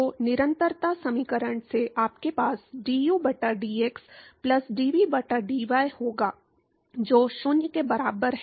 तो निरंतरता समीकरण से आपके पास du बटा dx प्लस dv बटा dy होगा जो 0 के बराबर है